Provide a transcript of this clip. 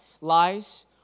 Lies